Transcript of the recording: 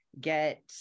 get